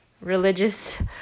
religious